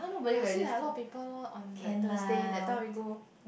but see like a lot of people lor on that Thursday that time we go